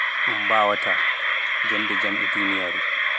On mbaawataa jonnde jam e duuniyaaru.